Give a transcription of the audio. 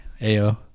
Ayo